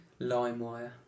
LimeWire